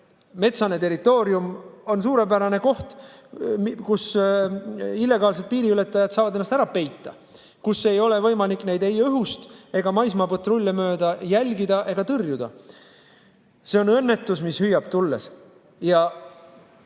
metsane territoorium on suurepärane koht, kus illegaalsed piiriületajad saavad ennast ära peita, kus ei ole võimalik neid ei õhust ega maismaal patrullides jälgida ega tõrjuda. See on õnnetus, mis hüüab tulles.